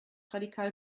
radikal